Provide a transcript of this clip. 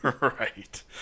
Right